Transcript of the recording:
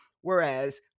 Whereas